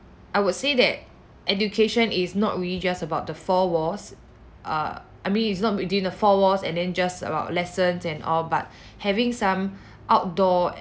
I would say that education is not really just about the four walls err I mean it's not within the four walls and then just about lessons and all but having some outdoor